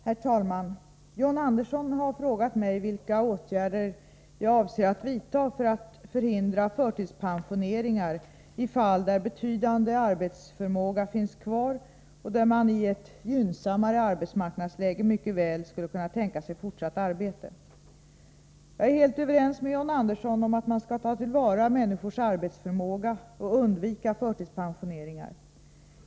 Herr talman! John Andersson har frågat mig vilka åtgärder jag avser att vidta för att förhindra förtidspensioneringar i fall där betydande arbetsförmåga finns kvar och där man i ett gynnsammare arbetsmarknadsläge mycket väl skulle kunna tänka sig fortsatt arbete. Jag är helt överens med John Andersson om att man skall ta till vara människors arbetsförmåga och undvika förtidspensioneringar.